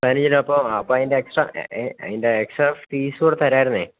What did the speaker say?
കാര്യം ചിലപ്പോള് അപ്പോള് അതിൻ്റെ അതിൻ്റെ എക്സ്ട്രാ ഫീസു കൂടി തരാമായിരുന്നു